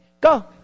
Go